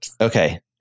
okay